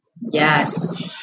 Yes